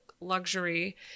luxury